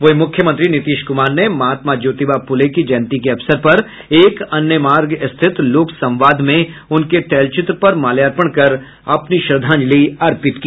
वहीं मुख्यमंत्री नीतीश कुमार ने महात्मा ज्योतिबा फूले की जयंती के अवसर पर एक अणे मार्ग स्थित लोक संवाद में उनके तैलचित्र पर माल्यार्पण कर अपनी श्रद्धांजलि अर्पित की